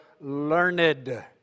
learned